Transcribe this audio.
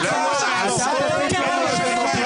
--- אתה תלמד אותנו על דמוקרטיה,